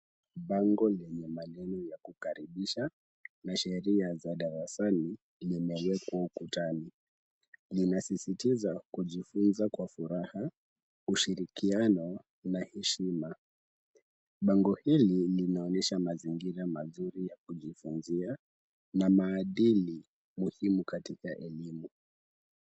Bango lenye maneno ya kukaribisha na sheria za darasani, limewekwa ukutani. Linasisitiza kujifunza kwa furaha, ushirikiano na heshima. Bango hili linaonyesha mazingira mazuri ya kujifunzia na maadili muhimu katika elimu.